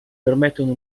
permettono